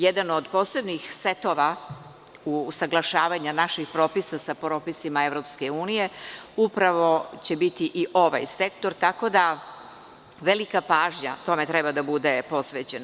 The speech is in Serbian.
Jedan od posebnih setova usaglašavanja naših propisa sa propisima EU upravo će biti i ovaj sektor, tako da velika pažnja tome treba da bude posvećena.